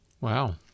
Wow